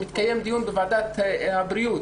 מתקיים דיון בוועדת העבודה,